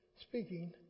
speaking